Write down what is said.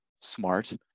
smart